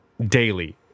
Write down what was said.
daily